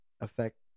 affect